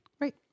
Right